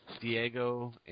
Diego